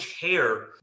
care